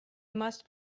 must